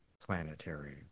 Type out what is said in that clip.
planetary